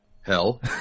Hell